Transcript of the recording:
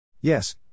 Yes